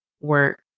work